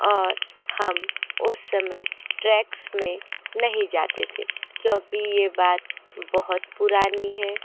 और हम उस समय ट्रैक्स में नहीं जाते थे क्योंकि यह बात बहुत पुरानी है